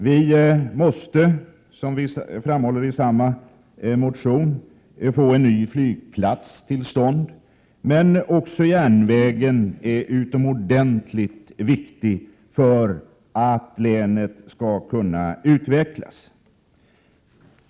Vi måste, som vi framhåller i motionen, få till stånd en ny flygplats, men också järnvägen är utomordentligt viktig för att länet skall kunna utvecklas.